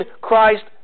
Christ